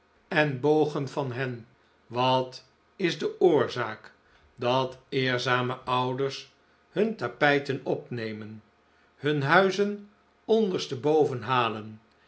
en bogen van hen wat is de oorzaak dat eerzame ouders hun tapijten opnemen hun huizen onderste boven halen